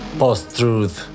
post-truth